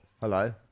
hello